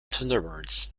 thunderbirds